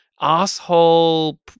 asshole